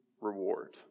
reward